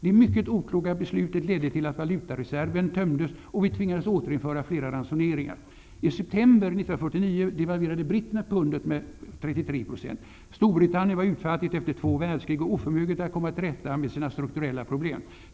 Det mycket okloka beslutet ledde till att valutareserven tömdes, och vi tvingades återinföra flera ransoneringar. 33 %. Storbritannien var utfattigt efter två världskrig och oförmöget att komma till rätta med sina strukturella problem.